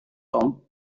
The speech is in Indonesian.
tom